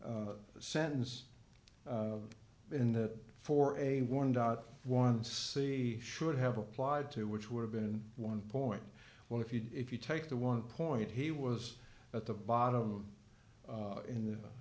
sentence in that for a one dot one c should have applied to which would have been one point well if you if you take the one point he was at the bottom in the